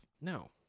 no